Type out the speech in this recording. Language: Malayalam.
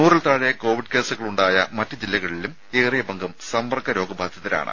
നൂറിൽ താഴെ കോവിഡ് കേസുകളുണ്ടായ മറ്റു ജില്ലകളിലും ഏറിയ പങ്കും സമ്പർക്ക രോഗബാധിതരാണ്